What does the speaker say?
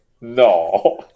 No